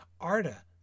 Arda